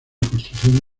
construcción